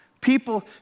People